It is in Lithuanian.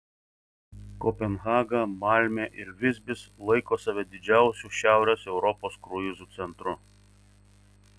kopenhaga malmė ir visbis laiko save didžiausiu šiaurės europos kruizų centru